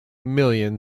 million